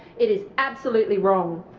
it is absolutely wrong.